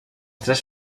tres